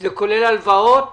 אם זה כולל הלוואות.